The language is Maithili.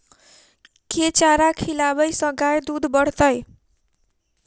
केँ चारा खिलाबै सँ गाय दुध बढ़तै?